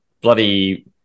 bloody